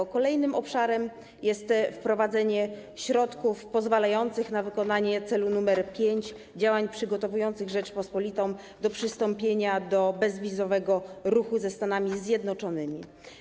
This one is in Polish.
Zmiany w kolejnym obszarze dotyczą wprowadzenie środków pozwalających na wykonanie celu nr pięć - działań przygotowujących Rzeczpospolitą do przystąpienia do programu bezwizowego ruchu ze Stanami Zjednoczonymi.